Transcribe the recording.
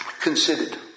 Considered